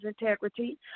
integrity